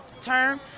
term